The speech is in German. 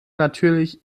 natürlich